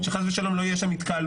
שחלילה לא יהיו שם התקהלויות.